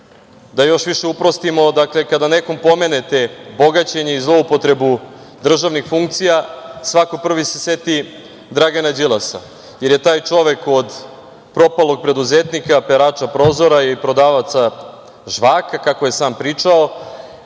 još više uprostimo, dakle, kada nekom pomenete bogaćenje i zloupotrebu državnih funkcija, svako prvi se seti Dragana Đilasa, jer je taj čovek od propalog preduzetnika, perača prozora i prodavaca žvaka, kako je sam pričao,